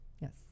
Yes